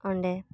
ᱚᱸᱰᱮ